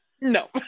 no